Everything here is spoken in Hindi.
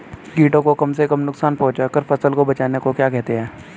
कीटों को कम से कम नुकसान पहुंचा कर फसल को बचाने को क्या कहते हैं?